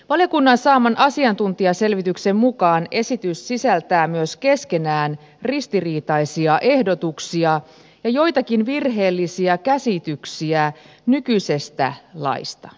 valiokunnan saaman asiantuntijaselvityksen mukaan esitys sisältää myös keskenään ristiriitaisia ehdotuksia ja joitakin virheellisiä käsityksiä nykyisestä laista